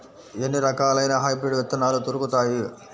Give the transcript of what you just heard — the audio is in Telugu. ఎన్ని రకాలయిన హైబ్రిడ్ విత్తనాలు దొరుకుతాయి?